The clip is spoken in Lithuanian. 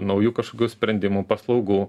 naujų kažkokių sprendimų paslaugų